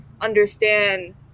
understand